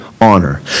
honor